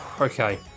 Okay